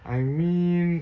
I mean